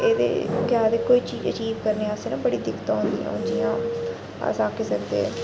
एह्दे केह् आखदे कोई कि चीज़ ऑचीव करने आस्तै न बड़ी दिक्कतां होंदियां हून जियां अस आखी सकदे